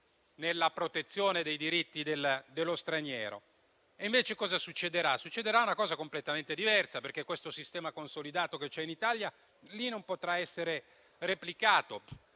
nella protezione dei diritti dello straniero. Succederà, invece, una cosa completamente diversa, perché il sistema consolidato che c'è in Italia non potrà essere replicato